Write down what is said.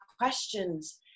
questions